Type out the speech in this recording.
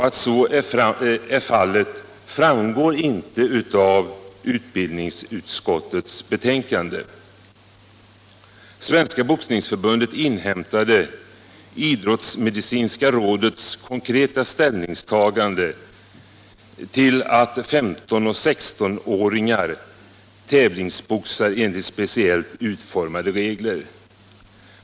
Att så är fallet framgår inte av kulturutskottets betänkande. speciellt utformade regler.